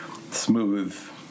smooth